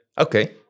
okay